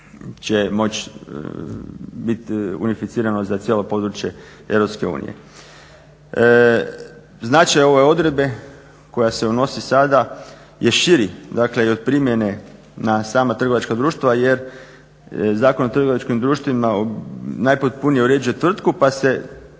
će moći biti unificirano za cijelo područje EU. Značaj ove odredbe koja se unosi sada je širi i od primjene na sama trgovačka društva jer Zakon o trgovačkim društvima najpotpunije uređuje tvrtku pa se